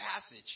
passage